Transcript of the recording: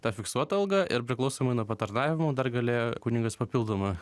ta fiksuota alga ir priklausomai nuo patarnavimų dar galėjo kunigas papildomą